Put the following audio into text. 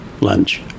lunch